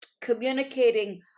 communicating